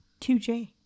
2J